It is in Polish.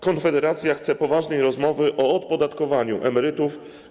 Konfederacja chce poważnej rozmowy o odpodatkowaniu emerytów.